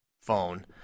phone